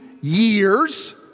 years